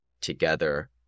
together